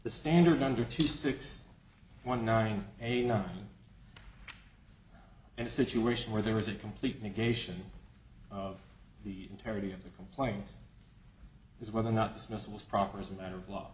the standard under two six one nine eighty nine and a situation where there was a complete negation of the integrity of the complaint is whether or not this mess was proper as a matter of law